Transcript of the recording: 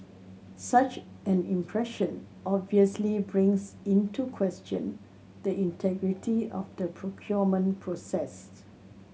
such an impression obviously brings into question the integrity of the procurement process